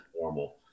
normal